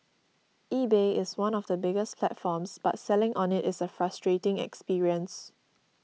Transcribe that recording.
eBay is one of the biggest platforms but selling on it is a frustrating experience